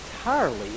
entirely